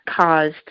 caused